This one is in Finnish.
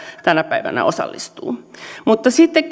tänä päivänä osallistuvat mutta sitten